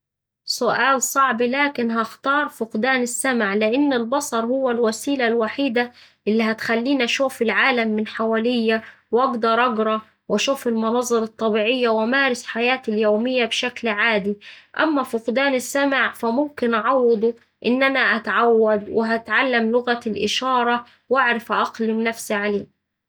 سؤال صعب لكن هختار فقدان السمع لإن البصر هو الوسيلة الوحيدة اللي هتخليني أشوف العالم من حواليا وأقدر أقرا وأشوف المناظر الطبيعية وأمارس حياتي اليومية بشكل عادي. أما فقدان السمع فممكن أعوضه إن أنا أتعود وهتعلم لغة الإشارة وأعرف أأقلم نفسي عليه.